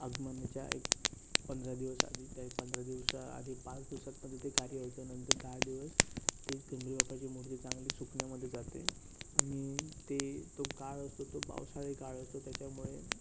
आगमनाच्या एक पंधरा दिवस आधी त्या पंधरा दिवसाआधी पाच दिवसातमध्ये ते कार्य होतं नंतर दहा दिवस ते गणपती बाप्पाची मूर्ती चांगली सुकण्यामध्ये जाते आणि ते तो काळ असतो तो पावसाळी काळ असतो त्याच्यामुळे